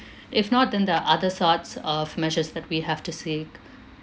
if not then there're other sorts of measures that we have to seek